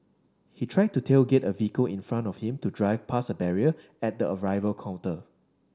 he tried to tailgate a vehicle in front of him to drive past a barrier at the arrival counter